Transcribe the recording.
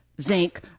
zinc